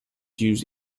use